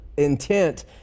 intent